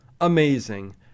amazing